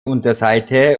unterseite